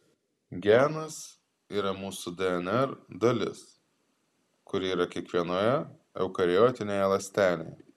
genas yra mūsų dnr dalis kuri yra kiekvienoje eukariotinėje ląstelėje